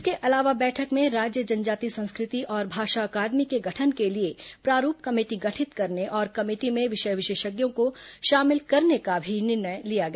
इसके अलावा बैठक में राज्य जनजाति संस्कृति और भाषा अकादमी के गठन के लिए प्रारूप कमेटी गठित करने और कमेटी में विषय विशेषज्ञों को शामिल करने का भी निर्णय लिया गया